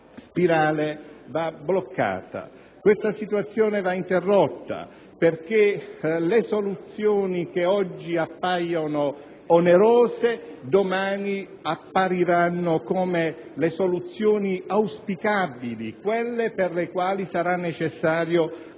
una spirale che va bloccata, che va interrotta, perché le soluzioni che oggi appaiono onerose domani appariranno come le soluzioni auspicabili, quelle per le quali sarà necessario